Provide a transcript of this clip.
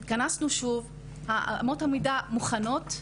התכנסנו שוב, אמות המידה מוכנות,